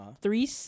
three